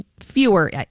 fewer